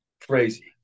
crazy